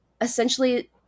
essentially